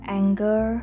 anger